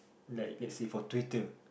like let's say for Twitter